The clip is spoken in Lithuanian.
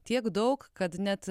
tiek daug kad net